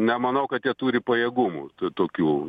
nemanau kad jie turi pajėgumų tokių